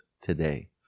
today